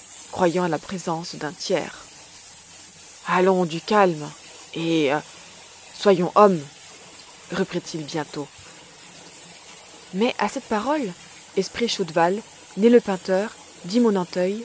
croyant à la présence d'un tiers allons du calme et soyons homme reprit-il bientôt mais à cette parole esprit chaudval né lepeinteur dit monanteuil